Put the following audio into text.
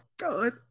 God